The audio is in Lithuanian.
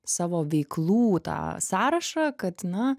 savo veiklų tą sąrašą kad na